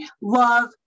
love